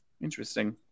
Interesting